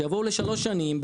שיבואו לשלוש שנים,